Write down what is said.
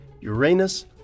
Uranus